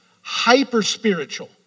hyper-spiritual